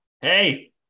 Hey